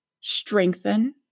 strengthen